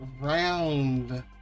round